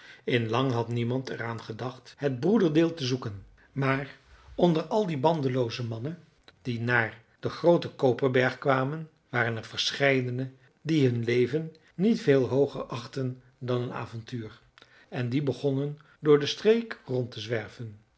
in lang had niemand er aan gedacht het broederdeel te zoeken maar onder al die bandelooze mannen die naar den grooten koperberg kwamen waren er verscheidene die hun leven niet veel hooger achtten dan een avontuur en die begonnen door de streek rond te zwerven